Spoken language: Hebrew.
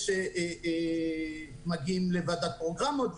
כי מגיעים לוועדת פרוגרמות,